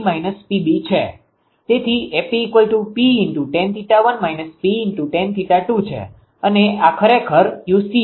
તેથી AP 𝑃 tan𝜃1 − 𝑃 tan𝜃2 છે અને આ ખરેખર 𝑄𝐶 છે